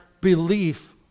belief